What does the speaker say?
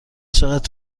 چقدر